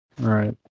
Right